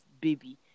baby